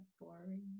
boring